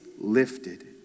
lifted